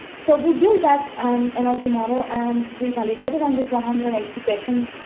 so, we build that um and and model and we validate it on this one hundred and eighty patient,